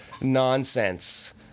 Nonsense